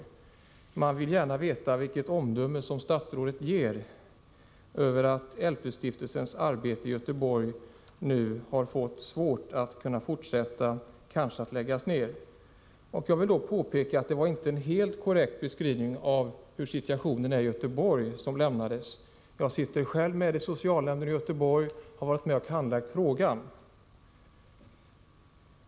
Man vill gärna veta vilket omdöme statsrådet fäller om det förhållandet att LP-stiftelsens verksamhet i Göteborg nu har fått svårt att fortsätta och att den kanske måste läggas ned. Jag vill påpeka att det inte var en helt korrekt beskrivning som statsrådet lämnade över situationen i Göteborg. Jag sitter själv med i socialnämnden i Göteborg och har varit med vid handläggningen av frågan.